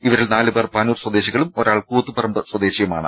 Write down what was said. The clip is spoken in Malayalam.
ഇവരിൽ നാലുപേർ പാനൂർ സ്വദേശികളും ഒരാൾ കൂത്തുപറമ്പ് സ്വദേശി യുമാണ്